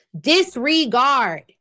Disregard